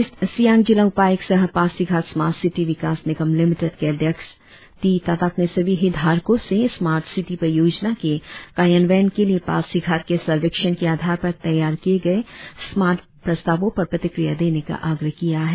east Siang जिला उपायुक्त सह पासीघाट स्मार्ट सिटी विकास निगम लिमिटेड के अध्यक्ष टी ताताक ने सभी हितधारको से स्मार्ट सिटी परियोजना के कार्यान्यवन के लिए पासीघाट के सर्वेक्षण के आधार पर तैयार किए गए स्मार्ट प्रस्तावों पर प्रतिक्रिया देने का आग्रह किया है